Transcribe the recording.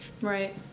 Right